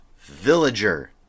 villager